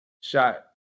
shot